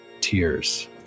tears